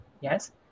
yes